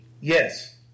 Yes